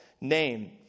name